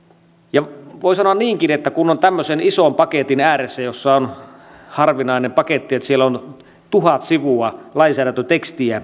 voi sanoa niinkin että kun on tämmöisen ison paketin ääressä ja on harvinainen paketti että siellä on tuhat sivua lainsäädäntötekstiä